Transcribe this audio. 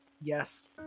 yes